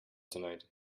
tonight